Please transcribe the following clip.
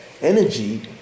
energy